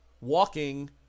walking